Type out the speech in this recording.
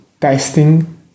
testing